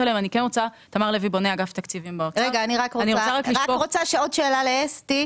עליהן אני רוצה רק לשפוך --- אני רק רוצה עוד שאלה לאסתי.